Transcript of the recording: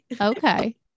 okay